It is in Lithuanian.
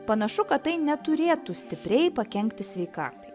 panašu kad tai neturėtų stipriai pakenkti sveikatai